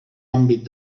àmbit